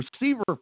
receiver